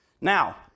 Now